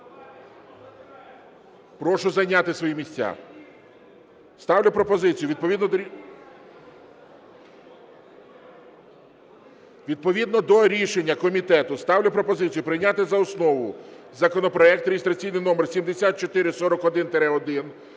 Прошу зайняти свої місця. Відповідно до рішення комітету ставлю пропозицію прийняти за основу законопроект реєстраційний номер 7441-1